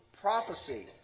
prophecy